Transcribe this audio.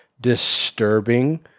disturbing